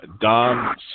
Don